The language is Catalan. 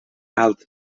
alt